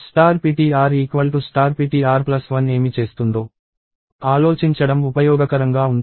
ptrptr1 ఏమి చేస్తుందో ఆలోచించడం ఉపయోగకరంగా ఉంటుంది